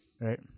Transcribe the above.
right